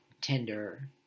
tender